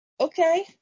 okay